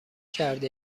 کرده